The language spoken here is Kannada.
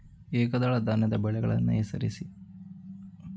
ಏಕದಳ ಧಾನ್ಯದ ಬೆಳೆಗಳನ್ನು ಹೆಸರಿಸಿ?